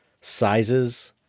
sizes